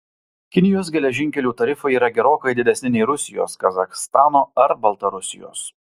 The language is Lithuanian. kinijos geležinkelių tarifai yra gerokai didesni nei rusijos kazachstano ar baltarusijos